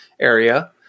area